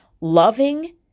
loving